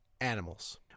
Animals